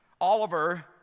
Oliver